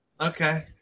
Okay